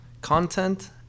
Content